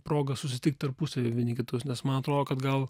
proga susitikt tarpusavyje vieni kitus nes man atrodo kad gal